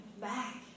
back